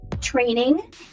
training